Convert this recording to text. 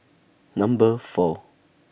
Number four